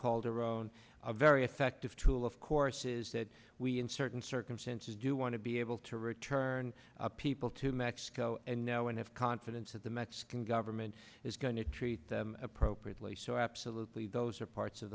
calderon a very effective tool of course is that we in certain circumstances do want to be able to return people to mexico and know and have confidence that the mexican government is going to treat them appropriately so absolutely those are parts of